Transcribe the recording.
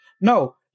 No